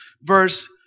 verse